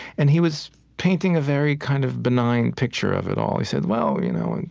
and he was painting a very kind of benign picture of it all. he said, well, you know, and